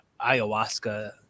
ayahuasca